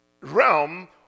realm